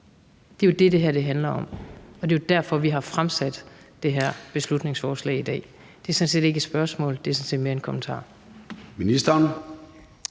Det er jo det, det her handler om, og det er derfor, vi har fremsat det her beslutningsforslag. Det er sådan set ikke et spørgsmål, men mere en kommentar.